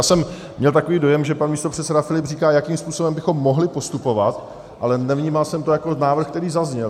Já jsem měl takový dojem, že pan místopředseda Filip říká, jakým způsobem bychom mohli postupovat, ale nevnímal jsem to jako návrh, který zazněl.